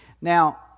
Now